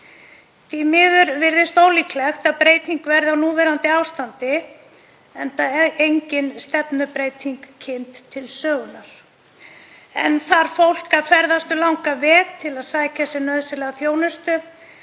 Því miður virðist ólíklegt að breyting verði á núverandi ástandi enda er engin stefnubreyting kynnt til sögunnar. Enn þarf fólk að ferðast um langan veg til að sækja sér nauðsynlega þjónustu.